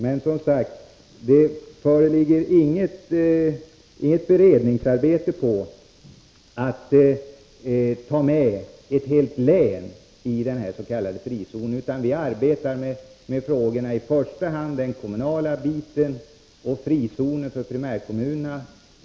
Men inget sådant beredningsarbete har gjorts som innebär att man skulle ta med ett helt län i den s.k. frizonen, utan vi arbetar med de frågorna i första hand med avseende på primärkommunerna.